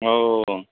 ओ